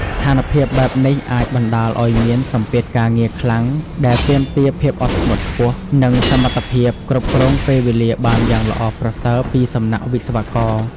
ស្ថានភាពបែបនេះអាចបណ្ដាលឲ្យមាន សម្ពាធការងារខ្លាំងដែលទាមទារភាពអត់ធ្មត់ខ្ពស់ និងសមត្ថភាពគ្រប់គ្រងពេលវេលាបានយ៉ាងល្អប្រសើរពីសំណាក់វិស្វករ។